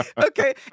okay